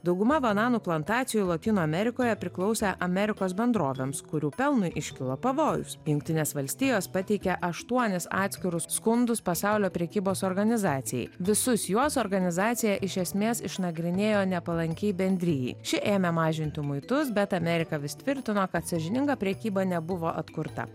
dauguma bananų plantacijų lotynų amerikoje priklausė amerikos bendrovėms kurių pelnui iškilo pavojus jungtinės valstijos pateikė aštuonis atskirus skundus pasaulio prekybos organizacijai visus juos organizacija iš esmės išnagrinėjo nepalankiai bendrijai ši ėmė mažinti muitus bet amerika vis tvirtino kad sąžininga prekyba nebuvo atkurta